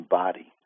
body